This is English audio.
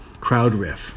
CrowdRiff